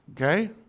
okay